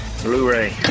Blu-ray